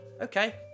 Okay